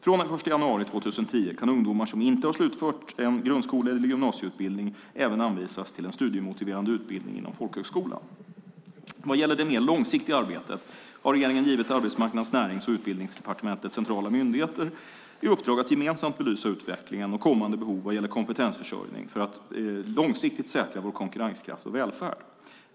Från den 1 januari 2010 kan ungdomar som inte har slutfört en grundskole eller gymnasieutbildning även anvisas till en studiemotiverande utbildning inom folkhögskolan. Vad gäller det mer långsiktiga arbetet har regeringen givit Arbetsmarknads-, Närings och Utbildningsdepartementens centrala myndigheter i uppdrag att gemensamt belysa utvecklingen och kommande behov vad gäller kompetensförsörjning för att långsiktigt säkra vår konkurrenskraft och välfärd.